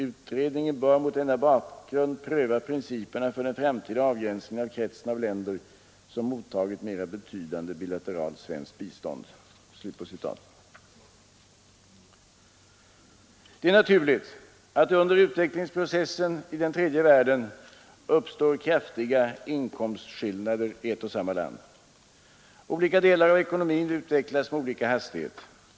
Utredningen bör mot denna bakgrund pröva principerna för den framtida avgränsningen av kretsen av länder som mottagit mera betydande bilateralt svenskt bistånd.” Det är naturligt att det under utvecklingsprocessen i den tredje världen uppstår kraftiga inkomstskillnader i ett och samma land. Olika delar av ekonomin utvecklas med olika hastighet.